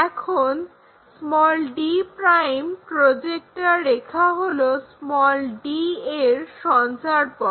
এখন d' projector রেখা হল d এর সঞ্চারপথ